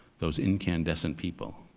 those incandescent people.